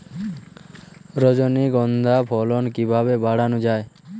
রজনীগন্ধা ফলন কিভাবে বাড়ানো যায়?